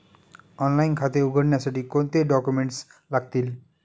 Online खाते उघडण्यासाठी कोणते डॉक्युमेंट्स लागतील?